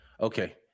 okay